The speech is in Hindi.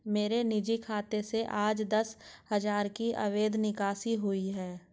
मेरे निजी खाते से आज दस हजार की अवैध निकासी हुई है